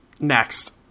Next